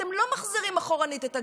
אתם לא מחזירים אחורנית את הגלגל.